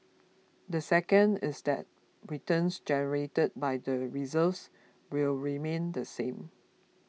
the second is that returns generated by the reserves will remain the same